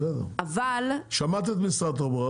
אבל --- שמעת את משרד התחבורה.